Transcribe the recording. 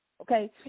Okay